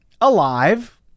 alive